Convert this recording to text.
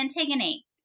Antigone